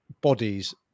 bodies